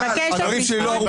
הדברים שלי לא ארוכים,